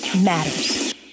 matters